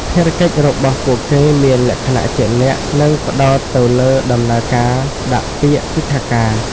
ភារកិច្ចរបស់ពួកគេមានលក្ខណៈជាក់លាក់ និងផ្តោតទៅលើដំណើរការដាក់ពាក្យទិដ្ឋាការ។